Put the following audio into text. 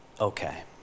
Okay